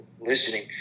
listening